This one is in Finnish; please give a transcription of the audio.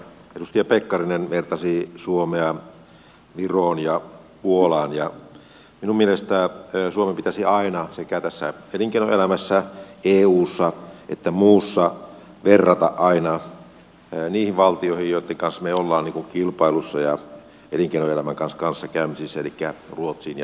edustaja pekkarinen vertasi suomea viroon ja puolaan ja minun mielestäni suomea pitäisi aina sekä tässä elinkeinoelämässä eussa että muussa verrata niihin valtioihin joitten kanssa me olemme kilpailussa ja elinkeinoelämän kanssa kanssakäymisissä elikkä ruotsiin ja saksaan